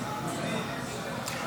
להעביר לוועדה